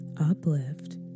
uplift